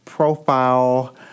profile